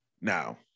now